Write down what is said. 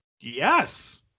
Yes